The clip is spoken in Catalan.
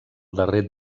darrer